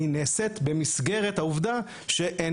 צריך לזכור שהיא נעשית במסגרת העובדה שאין